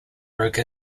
broke